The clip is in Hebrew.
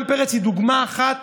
מרים פרץ היא דוגמה אחת